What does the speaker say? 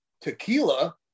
tequila